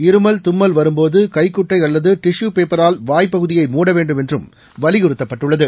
இருமல் தும்மல் வரும்போது கைகுட்டை அல்லது டிஷு பேப்பரால் வாய் பகுதியை மூட வேண்டும் என்றும் வலியுறுத்தப்பட்டுள்ளது